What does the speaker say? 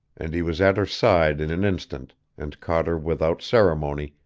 and he was at her side in an instant, and caught her without ceremony,